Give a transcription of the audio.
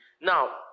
now